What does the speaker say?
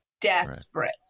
desperate